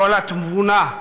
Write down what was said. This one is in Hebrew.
קול התבונה,